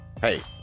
hey